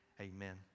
Amen